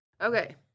Okay